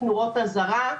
נורות הזהרה,